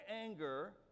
anger